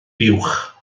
buwch